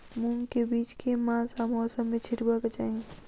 मूंग केँ बीज केँ मास आ मौसम मे छिटबाक चाहि?